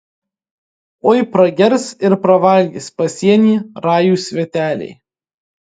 oi pragers ir pravalgys pasienį rajūs sveteliai